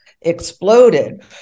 exploded